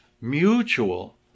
mutual